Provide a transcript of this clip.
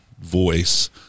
voice